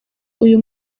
uyu